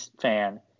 fan